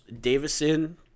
Davison